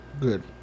Good